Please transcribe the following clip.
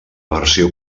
versió